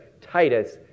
Titus